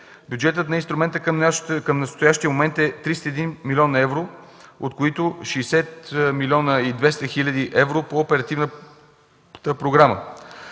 Бюджетът на инструмента към настоящия момент е 301 млн. евро, от които 60 млн. 200 хил. евро по оперативната програма.